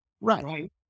Right